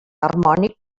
harmònic